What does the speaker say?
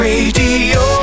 Radio